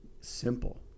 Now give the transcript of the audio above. simple